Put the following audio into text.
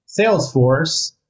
Salesforce